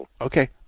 Okay